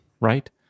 right